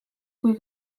kui